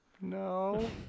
No